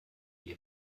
wir